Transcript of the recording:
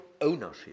ownership